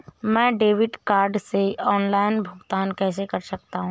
मैं debit card से online भुगतान कैसे कर सकता हूँ?